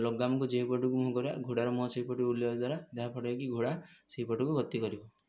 ଲଗାମକୁ ଯେଉଁ ପଟକୁ ମୁଁହ କରିବା ଘୋଡ଼ାର ମୁହଁ ସେହିପଟକୁ ବୁଲାଇବା ଦ୍ୱାରା ଯାହାଫଳରେକି ଘୋଡ଼ା ସେହିପଟକୁ ଗତି କରିବ